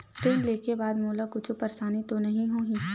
ऋण लेके बाद मोला कुछु परेशानी तो नहीं होही?